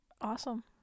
awesome